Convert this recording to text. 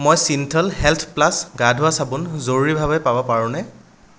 মই Cinthol health plus গা ধোৱা চাবোন জৰুৰীভাৱে পাব পাৰোঁনে